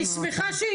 אני שמחה.